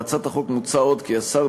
בהצעת החוק מוצע עוד כי השר,